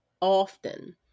often